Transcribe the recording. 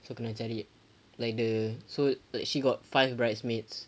so kena cari like the so like she got five bridesmaids